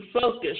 focus